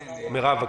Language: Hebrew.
שלום.